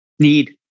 need